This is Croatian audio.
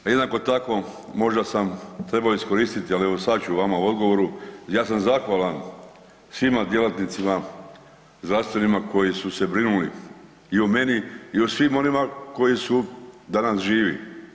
A jednako tako možda sam trebao iskoristiti, ali evo sada ću vama u odgovoru, ja sam zahvalan svima djelatnicima zdravstvenima koji su se brinuli i o meni i o svim onima koji su danas živi.